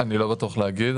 אני לא בטוח כדי להגיד,